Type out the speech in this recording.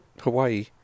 Hawaii